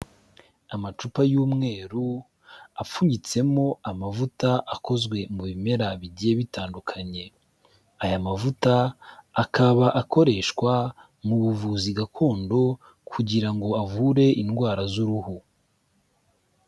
Amacupa y'umweru apfunyitsemo amavuta akozwe mu bimera bigiye bitandukanye, aya mavuta akaba akoreshwa mu buvuzi gakondo kugira ngo avure indwara z'uruhu.